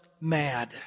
mad